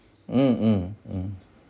mm mm mm